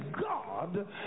God